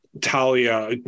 Talia